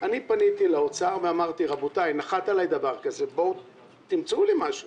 פניתי לאוצר וביקשתי שימצאו לי משהו.